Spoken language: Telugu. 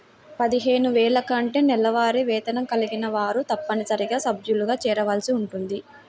పదిహేను వేల కంటే నెలవారీ వేతనం కలవారు తప్పనిసరిగా సభ్యులుగా చేరవలసి ఉంటుంది